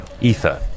ether